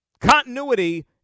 Continuity